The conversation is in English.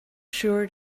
sure